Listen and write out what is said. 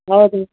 ಹೌದು ರೀ